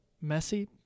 messy